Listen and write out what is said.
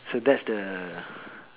so that's the